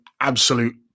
absolute